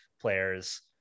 players